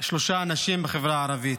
שלושה אנשים בחברה הערבית,